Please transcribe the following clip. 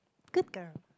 good girl